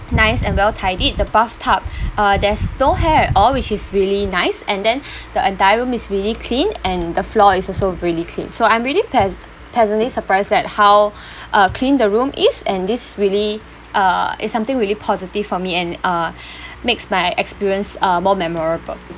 nice and well tidied the bathtub uh there's no hair at all which is really nice and then the entire room is really clean and the floor is also really clean so I'm really pleas~ pleasantly surprised that how uh clean the room is and this really uh it's something really positive for me and uh makes my experience uh more memorable